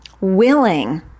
willing